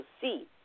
see